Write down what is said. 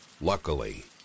Luckily